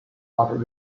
but